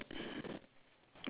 no